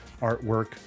artwork